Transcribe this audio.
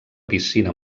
piscina